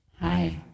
Hi